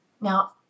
Now